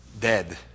dead